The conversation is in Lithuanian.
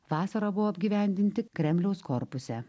vasarą buvo apgyvendinti kremliaus korpuse